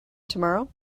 tomorrow